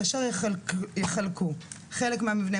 כשר יחלקו: חלק מהמבנה,